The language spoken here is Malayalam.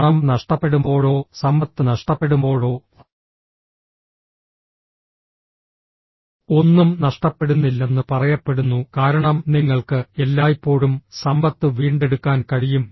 പണം നഷ്ടപ്പെടുമ്പോഴോ സമ്പത്ത് നഷ്ടപ്പെടുമ്പോഴോ ഒന്നും നഷ്ടപ്പെടുന്നില്ലെന്ന് പറയപ്പെടുന്നു കാരണം നിങ്ങൾക്ക് എല്ലായ്പ്പോഴും സമ്പത്ത് വീണ്ടെടുക്കാൻ കഴിയും